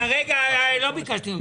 לא ביקשתי ממך.